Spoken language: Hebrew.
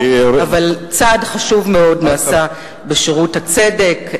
אבל צעד חשוב מאוד נעשה בשירות הצדק,